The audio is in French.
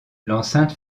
l’enceinte